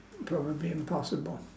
probably impossible